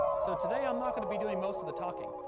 so today i'm not going to be doing most of the talking.